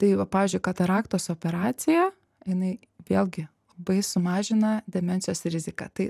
tai va pavyzdžiui kataraktos operacija jinai vėlgi labai sumažina demencijos riziką tai